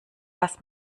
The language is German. was